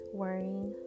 worrying